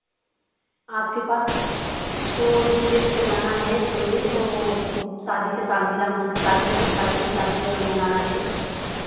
आपके पास वह स्टेज सजाना है थोड़ी वह शादी के सालगिरह में शादी के शादी के सालगिरह में मनाना है